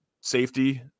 safety